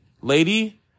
lady